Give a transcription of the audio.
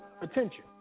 attention